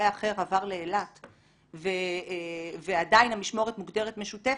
האחר עבר לאילת ועדיין המשמורת מוגדרת משותפת,